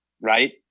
right